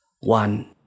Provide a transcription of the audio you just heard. One